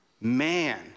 Man